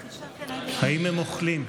האם הם אוכלים?